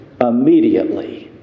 immediately